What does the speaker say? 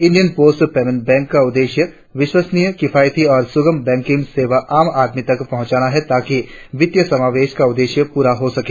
India Post Payment Bank का उद्देश्य विश्वस्नीय किफायती और सुगम बैंकिंग सेवाए आम आदमी तक पहुंचाना है ताकि वित्तीय समावेश का उद्देश्य प्ररा हो सके